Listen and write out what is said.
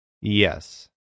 Yes